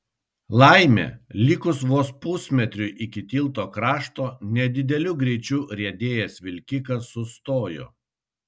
laimė likus vos pusmetriui iki tilto krašto nedideliu greičiu riedėjęs vilkikas sustojo